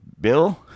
Bill